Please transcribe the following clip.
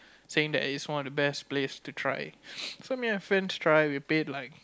saying that it is one of the best place to try so me and my friends try we paid like